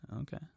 Okay